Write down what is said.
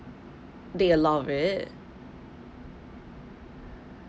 do you love it